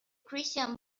christian